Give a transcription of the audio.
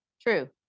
true